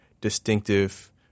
distinctive